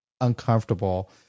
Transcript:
uncomfortable